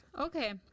Okay